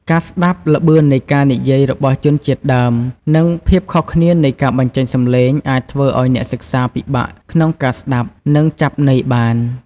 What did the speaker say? ការស្តាប់ ល្បឿននៃការនិយាយរបស់ជនជាតិដើម និងភាពខុសគ្នានៃការបញ្ចេញសំឡេង អាចធ្វើឱ្យអ្នកសិក្សាពិបាកក្នុងការស្តាប់ និងចាប់ន័យបាន។